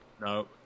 No